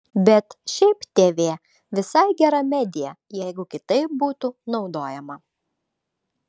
bet šiaip tv visai gera medija jeigu kitaip būtų naudojama